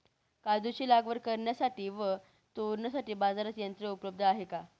काजूची लागवड करण्यासाठी व तोडण्यासाठी बाजारात यंत्र उपलब्ध आहे का?